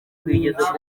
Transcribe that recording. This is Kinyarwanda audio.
nyinshi